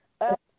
up